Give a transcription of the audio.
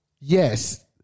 yes